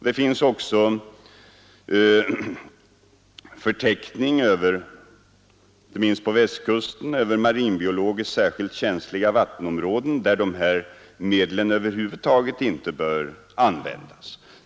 Det finns också förteckning över marinbiologiskt särskilt känsliga vattenområden, inte minst på Västkusten, där dessa medel över huvud taget inte bör användas.